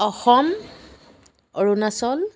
Assam Arunachal